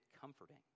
comforting